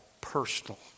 personal